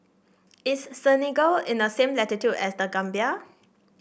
is Senegal in the same latitude as The Gambia